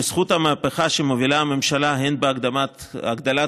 בזכות המהפכה שמובילה הממשלה, הן בהגדלת